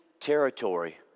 territory